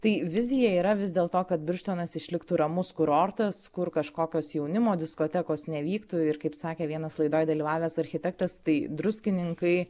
tai vizija yra vis dėl to kad birštonas išliktų ramus kurortas kur kažkokios jaunimo diskotekos nevyktų ir kaip sakė vienas laidoj dalyvavęs architektas tai druskininkai